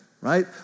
right